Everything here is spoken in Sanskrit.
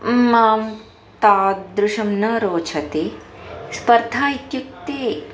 मां तादृशं न रोचते स्पर्धा इत्युक्ते